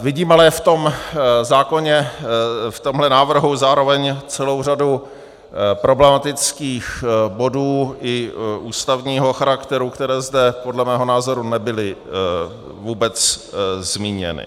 Vidím ale v tom zákoně, v tomhle návrhu, zároveň celou řadu problematických bodů i ústavního charakteru, které zde podle mého názoru nebyly vůbec zmíněny.